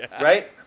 Right